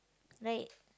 right